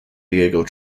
diego